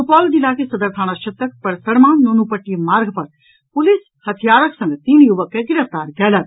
सुपौल जिला के सदर थाना क्षेत्रक परसरमा नुनुपट्टी मार्ग पर पुलिस हथियारक संग तीन युवक के गिरफ्तार कयलक